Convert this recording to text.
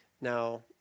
Now